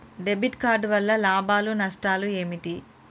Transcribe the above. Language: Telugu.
డెబిట్ కార్డు వల్ల లాభాలు నష్టాలు ఏమిటి?